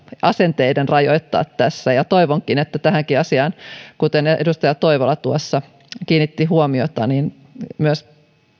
asenteiden rajoittaa tässä ja toivonkin että tähänkin asiaan kuten edustaja toivola tuossa kiinnitti huomiota myös